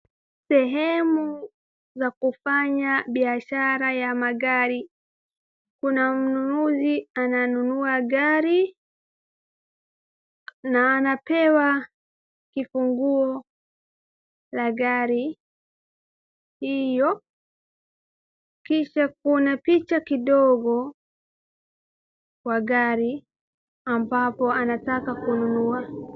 Sehemu za kufanya biashara ya magari. Kuna mnunuzi ananunua gari na anapewa kifunguo la gari hiyo, kisha kuna picha kidogo kwa gari ambapo anataka kununua.